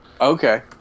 Okay